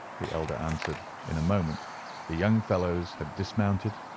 the elder answered. in a moment the young fellows had dismounted,